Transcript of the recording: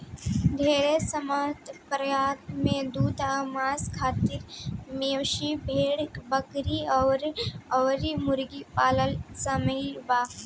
ढेरे सहमत प्रकार में दूध आ मांस खातिर मवेशी, भेड़, बकरी, सूअर अउर मुर्गी पालन शामिल बा